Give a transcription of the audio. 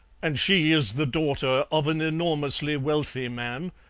and she is the daughter of an enormously wealthy man,